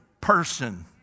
person